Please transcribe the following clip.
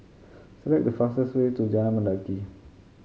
select the fastest way to Jalan Mendaki